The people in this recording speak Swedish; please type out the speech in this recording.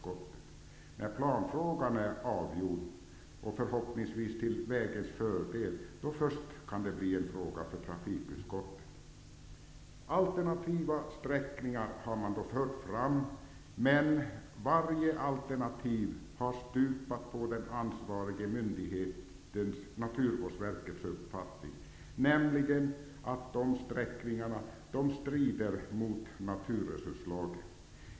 Först när planfrågan är avgjord, och förhoppningsvis till vägens fördel, kan den bli en fråga för trafikutskottet. Man har fört fram förslag om alternativa sträckningar, men varje alternativ har stupat på den ansvariga myndighetens, Naturvårdsverkets, uppfattning, nämligen att dessa sträckningar strider mot naturresurslagen.